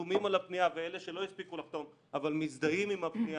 שחתומים על הפנייה ואלה שלא הספיקו לחתום אבל מזדהים עם הפנייה,